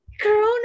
Corona